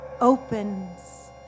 opens